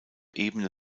ebene